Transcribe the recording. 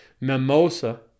Mimosa